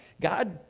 God